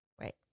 Right